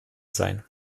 sein